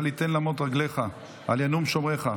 אל יתן למוט רגלך אל ינום שֹׁמְרך.